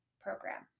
program